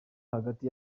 hagati